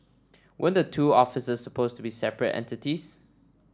weren't the two offices supposed to be separate entities